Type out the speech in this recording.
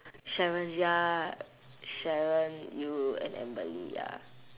sharon ya sharon you and emily ya